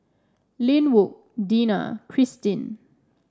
Linwood Dena Cristin